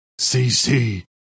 CC